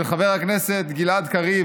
של חבר הכנסת גלעד קריב,